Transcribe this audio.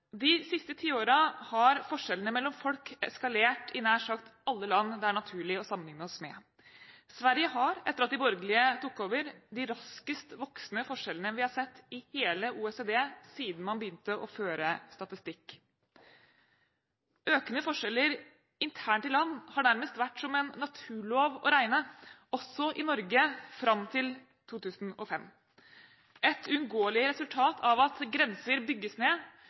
De siste ti årene har forskjellene mellom folk eskalert i nær sagt alle land det er naturlig å sammenligne seg med. Sverige har, etter at de borgerlige tok over, de raskest voksende forskjellene vi har sett i hele OECD-området siden man begynte å føre statistikk. Økende forskjeller internt i land har nærmest vært som en naturlov å regne, også i Norge, fram til 2005 – et uunngåelig resultat av at grenser bygges ned,